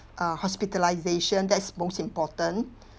uh hospitalisation that's most important